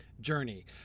journey